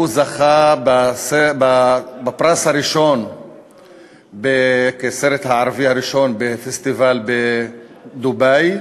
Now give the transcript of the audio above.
הוא זכה בפרס הראשון כסרט הערבי הראשון בפסטיבל בדובאי,